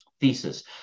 thesis